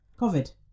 COVID